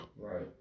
Right